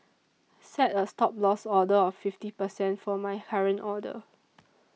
set a Stop Loss order of fifty percent for my current order